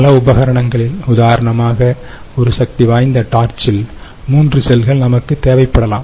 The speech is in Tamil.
பல உபகரணங்களில் உதாரணமாக ஒருசக்திவாய்ந்த டார்ச்சில் மூன்று செல்கள் நமக்கு தேவைப்படலாம்